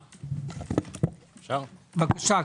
בבקשה.